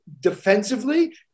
defensively